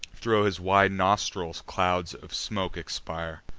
thro' his wide nostrils clouds of smoke expire.